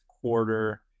quarter